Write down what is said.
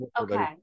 okay